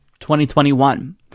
2021